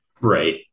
right